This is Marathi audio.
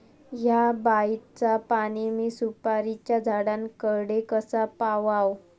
हया बायचा पाणी मी सुपारीच्या झाडान कडे कसा पावाव?